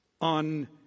on